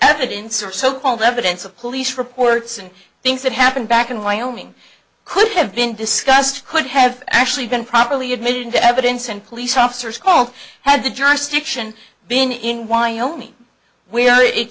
evidence are so called evidence of police reports and things that happened back in wyoming could have been discussed could have actually been properly admitted into evidence and police officers called had the jurisdiction been in wyoming where it